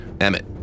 emmett